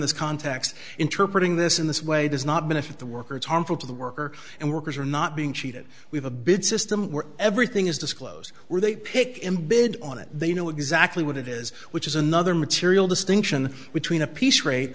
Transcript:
this context interpret in this in this way does not benefit the worker it's harmful to the worker and workers are not being cheated with a bid system where everything is disclosed where they pick him bid on it they know exactly what it is which is another material distinction between a piece rate